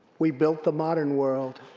we built the modern world,